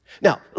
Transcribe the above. Now